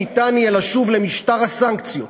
ניתן יהיה לשוב למשטר הסנקציות.